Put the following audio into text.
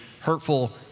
hurtful